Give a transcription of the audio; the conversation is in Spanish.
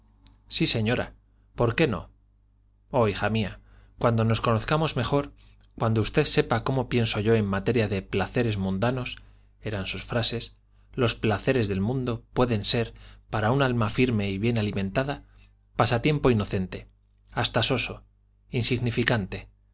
sí señora por qué no oh hija mía cuando nos conozcamos mejor cuando usted sepa cómo pienso yo en materia de placeres mundanos eran sus frases los placeres del mundo pueden ser para un alma firme y bien alimentada pasatiempo inocente hasta soso insignificante